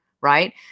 right